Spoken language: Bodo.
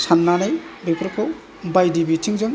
साननानै बेफोरखौ बायदि बिथिंजों